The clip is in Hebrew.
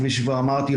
כפי שכבר אמרתי,